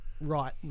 right